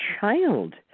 child